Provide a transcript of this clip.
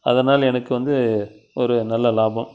அதனால் எனக்கு வந்து ஒரு நல்ல லாபம்